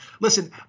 Listen